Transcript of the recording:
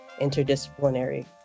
interdisciplinary